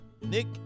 Nick